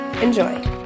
Enjoy